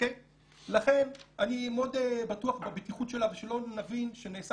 לכן אני מאוד בטוח בבטיחות שלה ושלא נבין שנעשה